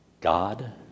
God